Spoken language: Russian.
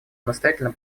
настоятельно